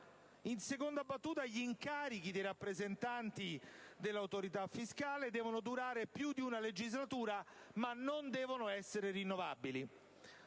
In seconda battuta, gli incarichi dei rappresentanti dell'autorità fiscale devono durare più di una legislatura ma non devono essere rinnovabili.